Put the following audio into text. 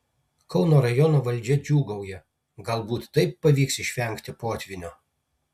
kauno rajono valdžia džiūgauja galbūt taip pavyks išvengti potvynio